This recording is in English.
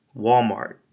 Walmart